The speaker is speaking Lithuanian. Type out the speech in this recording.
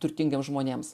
turtingiems žmonėms